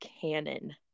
canon